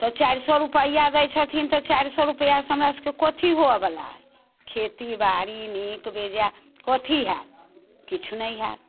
तऽ चारि सए रुपैआ दै छथिन तऽ चारि सए रुपैआसँ हमरा सबके कथी हुअ वला अइ खेती बाड़ी नीक बेजाय कथी होयत किछु नहि होयत